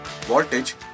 Voltage